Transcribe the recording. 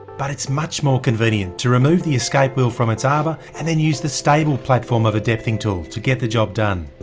but its much more convenient to remove the escape wheel from its arbor, and then use the stable platform of a depthing tool, to get the job done.